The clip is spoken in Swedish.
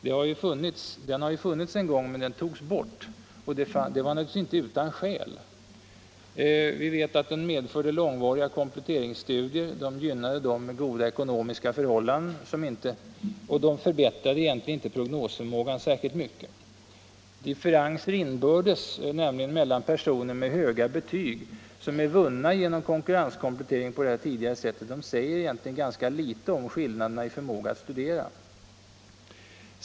Den har ju funnits en gång men den togs bort, och det var naturligtvis inte utan skäl. Vi vet att den medförde långvariga kompletteringsstudier, vilket gynnade dem som hade goda ekonomiska förhållanden. Kompletteringsstudierna förbättrade egentligen inte heller prognosförmågan särskilt mycket. Differenser inbördes, nämligen mellan personer med höga betyg som är vunna genom konkurrenskomplettering på det tidigare sättet, säger egentligen ganska litet om skillnaderna i förmåga att studera.